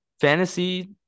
fantasy